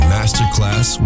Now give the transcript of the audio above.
Masterclass